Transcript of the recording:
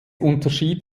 unterschied